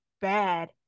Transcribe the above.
bad